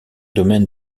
domaine